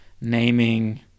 naming